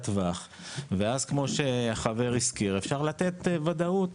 טווח ואז כמו שהחבר הזכיר אפשר לתת וודאות